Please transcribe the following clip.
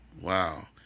Wow